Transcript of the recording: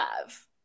love